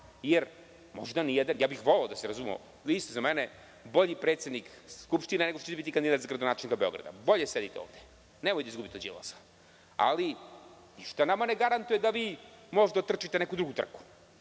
Fonda? Ne važi. Ja bih voleo, da se razumemo. Vi ste za mene bolji predsednik Skupštine nego što ćete biti kandidat za gradonačelnika Beograda. Bolje sedite ovde i nemojte da izgubite od Đilasa. Ali, ništa nama ne garantuje da vi možda optrčite neku drugu trku